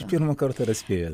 iš pirmo karto ir atspėjo